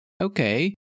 Okay